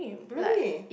really